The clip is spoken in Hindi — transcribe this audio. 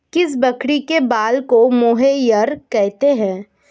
किस बकरी के बाल को मोहेयर कहते हैं?